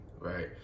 right